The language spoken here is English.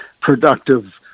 productive